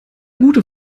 gute